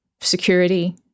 security